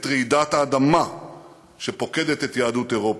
את רעידת האדמה שפוקדת את יהדות אירופה.